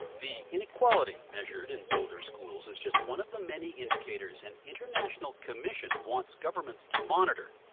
the inequality measured in boulder schools is just one of the many indicators an international commission wants governments to monitor.